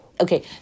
Okay